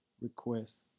request